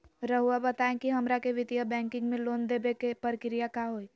रहुआ बताएं कि हमरा के वित्तीय बैंकिंग में लोन दे बे के प्रक्रिया का होई?